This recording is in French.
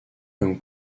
comme